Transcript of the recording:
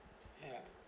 ya